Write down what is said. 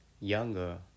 younger